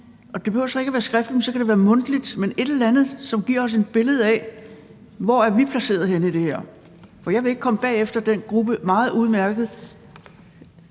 men så kan det være mundtligt – men et eller andet, som giver os et billede af, hvor vi er placeret henne i det her. For jeg vil ikke komme bag efter den gruppe meget udmærkede